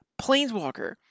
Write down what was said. Planeswalker